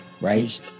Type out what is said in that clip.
right